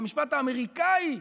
למשפט האמריקאי,